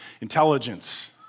intelligence